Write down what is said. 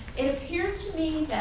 it appears to me